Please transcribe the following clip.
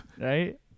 right